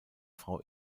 frau